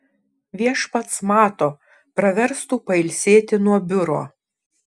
viešpats mato praverstų pailsėti nuo biuro